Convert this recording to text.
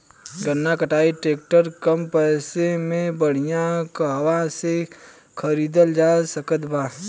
गन्ना कटाई ट्रैक्टर कम पैसे में बढ़िया कहवा से खरिदल जा सकत बा?